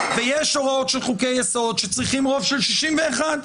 ויש הוראות של חוקי יסוד שצריכים רוב של 61,